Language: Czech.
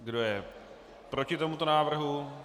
Kdo je proti tomuto návrhu?